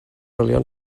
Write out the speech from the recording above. olion